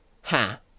Ha